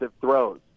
throws